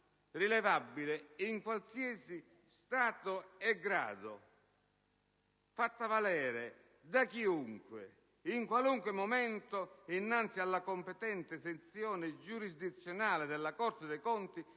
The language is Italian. rilevabile in qualsiasi stato e grado, fatta valere da chiunque, in qualunque momento, innanzi alla competente sezione giurisdizionale della Corte dei conti,